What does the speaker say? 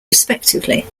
respectively